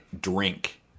drink